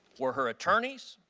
were her attorneys